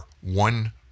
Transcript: One